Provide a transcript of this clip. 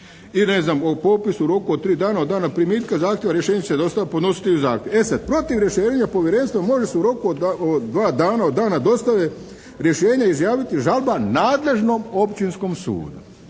i ne znam, o popisu, u roku od 3 dana od dana primitka zahtjeva rješenje se dostavlja podnositelju zahtjeva. E sad, protiv rješenja povjerenstva može se u roku od 2 dana od dana dostave rješenje izjaviti žalba nadležnom općinskom sudu.